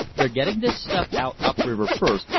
they're getting this stuff out up-river first,